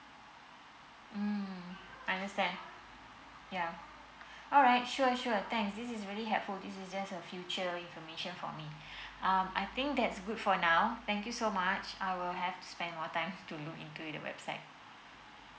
mm I understand yeah alright sure sure thanks this is very helpful this is just a future information for me um I think that's good for now thank you so much I will have to spend more time to look into the website